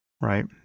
right